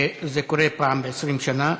זה קורה פעם ב-20 שנה.